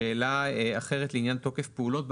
שאלה אחרת לעניין תוקף פעולות.